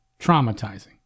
traumatizing